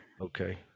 Okay